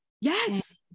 Yes